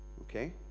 Okay